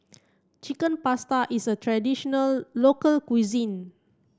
Chicken Pasta is a traditional local cuisine